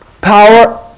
power